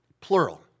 plural